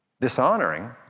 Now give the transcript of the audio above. dishonoring